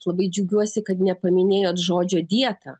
aš labai džiaugiuosi kad nepaminėjot žodžio dieta